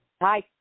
Hi